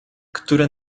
które